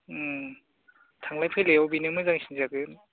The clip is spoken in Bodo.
उम थांलाय फैलायाव बिनो मोजांसिन जागोन